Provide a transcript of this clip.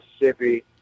Mississippi